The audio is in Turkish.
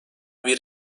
bir